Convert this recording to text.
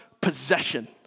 possession